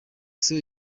sol